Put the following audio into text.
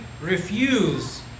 refuse